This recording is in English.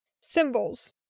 symbols